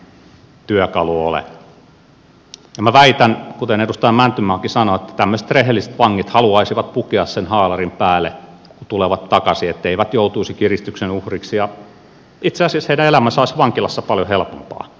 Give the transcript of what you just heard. ja minä väitän kuten edustaja mäntymaakin sanoi että tämmöiset rehelliset vangit haluaisivat pukea sen haalarin päälle kun tulevat takaisin etteivät joutuisi kiristyksen uhriksi ja itse asiassa heidän elämänsä olisi vankilassa paljon helpompaa